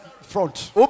front